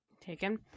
taken